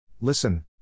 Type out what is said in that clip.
listen